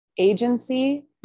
agency